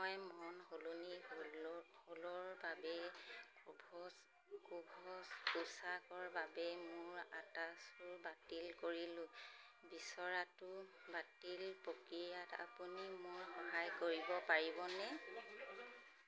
মই মন সলনি হ'লৰ বাবে কুভছ্ত পোচাকৰ বাবে মোৰ অৰ্ডাৰটো বাতিল কৰিব বিচাৰিছোঁ বাতিল প্ৰক্ৰিয়াত আপুনি মোক সহায় কৰিব পাৰিবনে